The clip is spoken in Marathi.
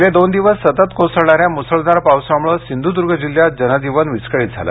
गेले दोन दिवस सतत कोसळणाऱ्या मुसळधार पावसामुळे सिंधुदुर्ग जिल्ह्यात जनजीवन विस्कळीत झालं